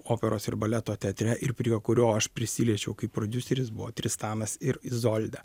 operos ir baleto teatre ir prie kurio aš prisiliečiau kaip prodiuseris buvo tristanas ir izolda